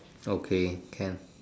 okay can